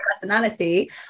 personality